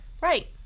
Right